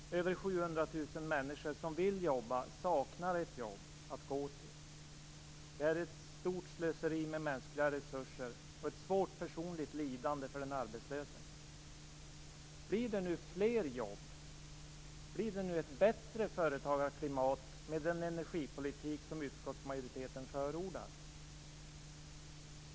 Över 700 000 människor som vill jobba saknar ett jobb att gå till. Det är ett stort slöseri med mänskliga resurser och ett svårt personligt lidande för den arbetslöse. Blir det nu fler jobb, blir det nu ett bättre företagarklimat med den energipolitik som utskottsmajoriteten förordar?